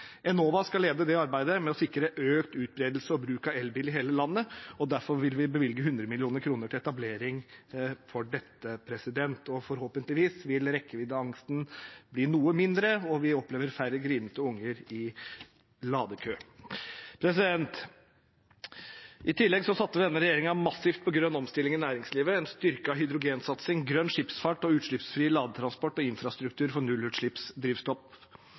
Enova skal lede arbeidet med å sikre økt utbredelse og bruk av elbil i hele landet. Derfor vil vi bevilge 100 mill. kr til etablering av dette, og forhåpentligvis vil rekkeviddeangsten bli noe mindre, og vi vil oppleve færre grinete unger i ladekø. I tillegg satser denne regjeringen massivt på grønn omstilling i næringslivet, styrket hydrogensatsing, grønn skipsfart, utslippsfri landtransport og infrastruktur for